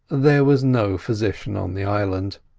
there was no physician on the island.